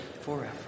forever